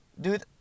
dude